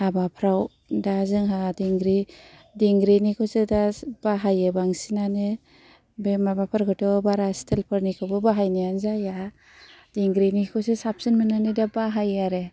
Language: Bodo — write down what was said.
हाबाफ्राव दा जोंहा दिंग्रि दिंग्रिनिखौसो दा बाहायो बांसिनानो बे माबाफोरखौथ' बारा स्टिल फोरनिखौबो बाहायनायानो जाया दिंग्रिनिखौसो साबसिन मोननानै दा बाहायो आरो